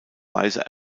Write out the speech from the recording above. weise